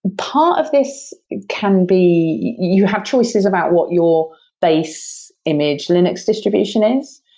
part of this can be you have choices about what your base image linux distribution is.